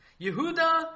Yehuda